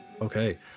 Okay